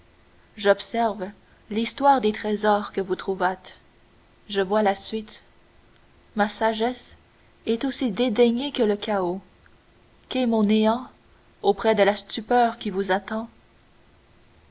j'observe l'histoire des trésors que vous trouvâtes je vois la suite ma sagesse est aussi dédaignée que le chaos qu'est mon néant auprès de la stupeur qui vous attend